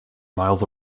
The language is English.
miles